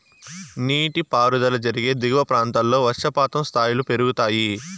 నీటిపారుదల జరిగే దిగువ ప్రాంతాల్లో వర్షపాతం స్థాయిలు పెరుగుతాయి